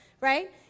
right